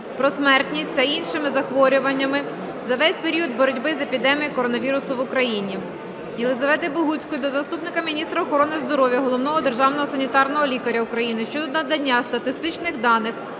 про смертність за іншими захворюваннями за весь період боротьби з епідемією коронавірусу в Україні. Єлізавети Богуцької до заступника міністра охорони здоров'я - Головного державного санітарного лікаря України щодо надання статистичних даних